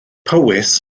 powys